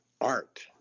art